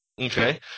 Okay